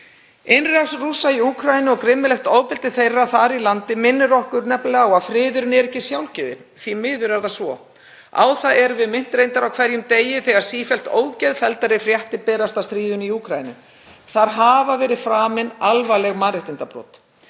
Innrás Rússa í Úkraínu og grimmilegt ofbeldi þeirra þar í landi minnir okkur nefnilega á að friðurinn er ekki sjálfgefinn, því miður er það svo. Á það erum við reyndar minnt á hverjum degi þegar sífellt ógeðfelldari fréttir berast af stríðinu í Úkraínu. Þar hafa verið framin alvarleg mannréttindabrot.